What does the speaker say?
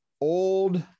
old